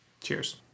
cheers